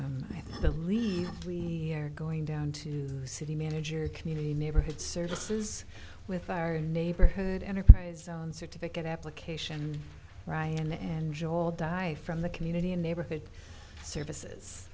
ice believe we are going down to city manager community neighborhood services with our neighborhood enterprise certificate application ryan and joy dive from the community and neighborhood services